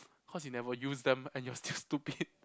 cause you never use them and you're still stupid